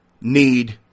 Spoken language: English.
need